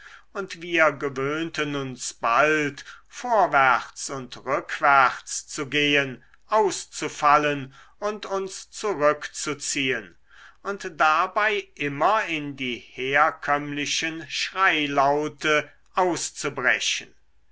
und wir gewöhnten uns bald vorwärts und rückwärts zu gehen auszufallen und uns zurückzuziehen und dabei immer in die herkömmlichen schreilaute auszubrechen